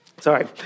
Sorry